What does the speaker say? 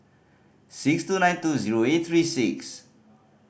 six two nine two zero eight three six